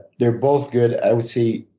they're both good, i would say.